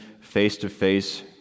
face-to-face